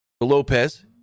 Lopez